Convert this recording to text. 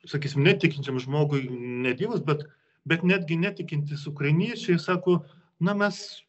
sakys netikinčiam žmogui ne dievas bet bet netgi netikintys ukrainiečiai sako na mes